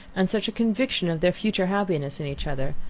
and such a conviction of their future happiness in each other,